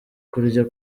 kurya